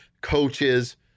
coaches